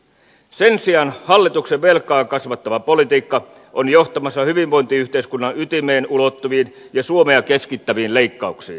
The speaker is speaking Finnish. sen sijaan hallituksen velkaa kasvattava politiikka on johtamassa hyvinvointiyhteiskunnan ytimeen ulottuviin ja suomea keskittäviin leikkauksiin